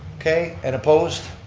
okay, and opposed.